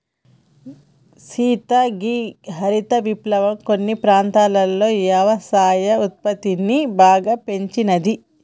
సీత గీ హరిత విప్లవం కొన్ని ప్రాంతాలలో యవసాయ ఉత్పత్తిని బాగా పెంచినాది